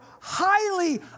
highly